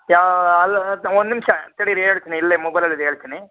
ಯಾ ಅಲ್ಲ ಅದು ಒಂದು ನಿಮಿಷ ತಡಿರಿ ಹೇಳ್ತಿನಿ ಇಲ್ಲೆ ಮೊಬೈಲಲ್ಲಿ ಇದೆ ಹೇಳ್ತಿನಿ